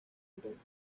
middlesex